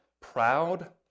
proud